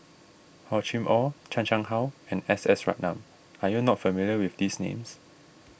Hor Chim or Chan Chang How and S S Ratnam are you not familiar with these names